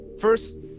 First